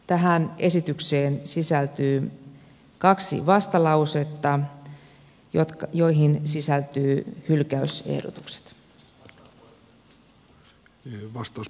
tähän esitykseen sisältyy kaksi vastalausetta joihin sisältyy hylkäysehdotukset